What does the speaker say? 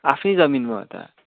आफ्नै जमिनमा हो त